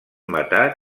matar